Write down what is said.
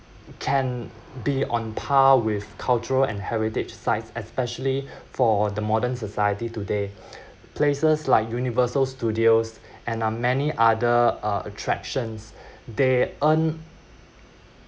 can be on par with cultural and heritage sites especially for the modern society today places like universal studios and uh many other uh attractions they earn